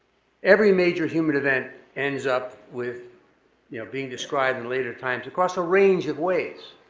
every major human event ends up with you know being described in later times across a range of ways.